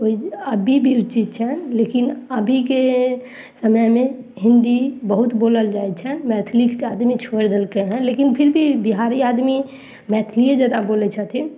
ओइ अभी भी उचित छनि लेकिन अभीके समयमे हिन्दी बहुत बोलल जाइ छनि मैथिलीके आदमी छोड़ि देलकै हँ लेकिन फिर भी बिहारी आदमी मैथिलिये जादा बोलय छथिन